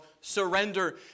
surrender